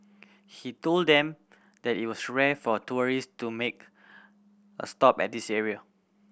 he told them that it was rare for tourist to make a stop at this area